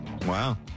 Wow